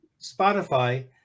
Spotify